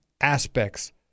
aspects